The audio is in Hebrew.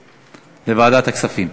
הכספים.